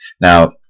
now